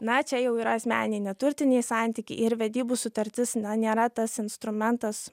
na čia jau yra asmeniai neturtiniai santykiai ir vedybų sutartis nėra tas instrumentas